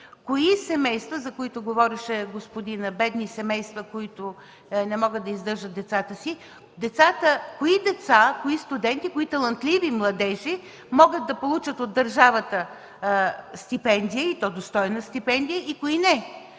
кои семейства, за които говореше господинът – бедни семейства, които не могат да издържат децата си, кои деца, кои студенти, кои талантливи младежи могат да получат от държавата стипендия, и то достойна стипендия, и кои не.